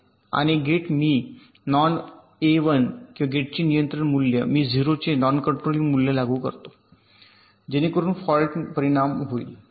आणि गेट मी नॉन 1 किंवा गेटचे नियंत्रण मूल्य मी 0 चे नॉन कंट्रोलिंग मूल्य लागू करतो जेणेकरून फॉल्ट परिणाम होईल प्रचार होतो